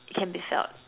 it can be felt